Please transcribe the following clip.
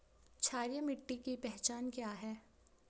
क्षारीय मिट्टी की पहचान क्या है?